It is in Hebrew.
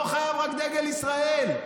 לא חייבים רק דגל ישראל.